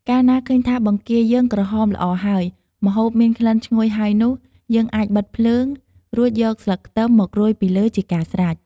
កាលណាឃើញថាបង្គាយើងក្រហមល្អ ហើយម្ហូបមានក្លិនឈ្ងុយហើយនោះ យើងអាចបិទភ្លើង រួចយកស្លឹកខ្ទឹមមករោយពីលើជាការស្រេច។